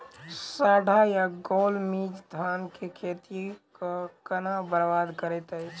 साढ़ा या गौल मीज धान केँ खेती कऽ केना बरबाद करैत अछि?